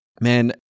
Man